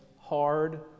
hard